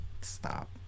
Stop